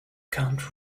count